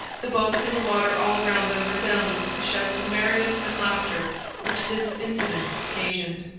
the boats and the water all around them resounded with the shouts of merriment and laughter which this incident occasioned.